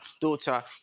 daughter